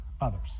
others